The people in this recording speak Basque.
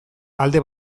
alde